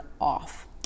off